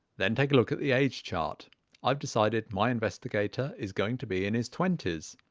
then take a look at the age chart i've decided my investigator is going to be in his twenties.